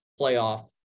playoff